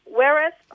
whereas